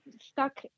stuck